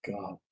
God